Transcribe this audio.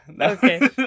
Okay